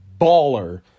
baller